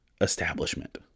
establishment